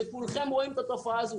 כשכולכם רואים את התופעה הזאת,